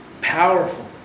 powerful